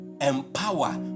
empower